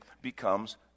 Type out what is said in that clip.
becomes